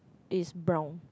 is brown